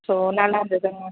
so நல்லாயிருந்தது ma'am